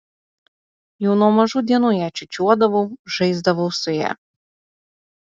jau nuo mažų dienų ją čiūčiuodavau žaisdavau su ja